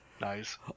Nice